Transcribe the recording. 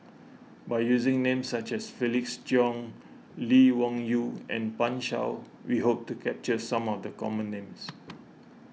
by using names such as Felix Cheong Lee Wung Yew and Pan Shou we hope to capture some of the common names